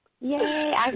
yay